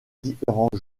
différents